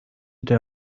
der